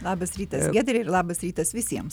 labas rytas giedre ir labas rytas visiems